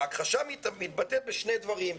ההכחשה מתבטאת בשני דברים: